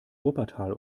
wuppertal